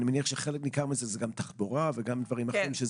אני מניח שחלק ניכר מזה זה גם תחבורה ודברים אחרים.